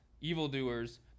Evildoers